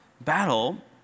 battle